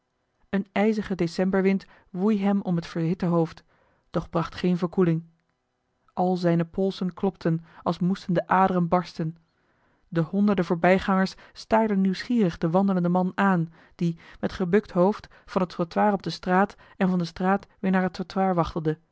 een ijzige decemberwind woei hem om het verhitte hoofd doch bracht geen verkoeling al zijne polsen klopten als moesten de aderen barsten de honderden voorbijgangers staarden nieuwsgierig den wandelenden man aan die met gebukt hoofd van het trottoir op de straat en van de straat weer naar het trottoir